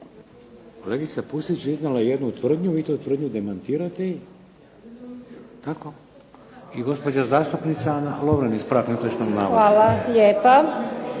Hvala lijepo.